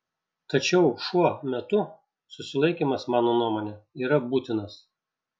tačiau šuo metu susilaikymas mano nuomone yra būtinas